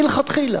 מלכתחילה,